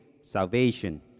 salvation